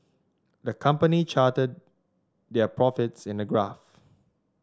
the company charted their profits in a graph